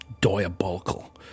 Diabolical